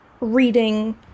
reading